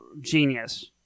genius